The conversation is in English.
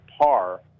par